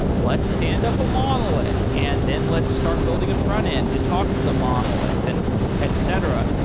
let's stand up a monolith and then let's start building a frontend to talk to the monolith and etc.